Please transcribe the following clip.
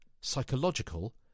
psychological